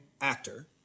actor